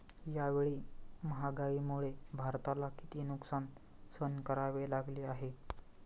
यावेळी महागाईमुळे भारताला किती नुकसान सहन करावे लागले आहे?